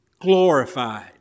glorified